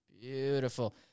Beautiful